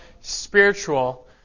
spiritual